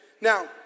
Now